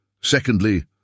Secondly